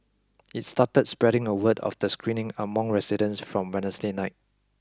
it started spreading the word of the screening among residents from Wednesday night